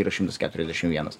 yra šimtas keturiasdešim vienas